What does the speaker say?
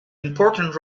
important